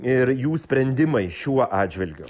ir jų sprendimai šiuo atžvilgiu